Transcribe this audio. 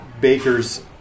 Baker's